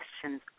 questions